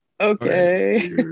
okay